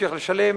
ממשיך לשלם.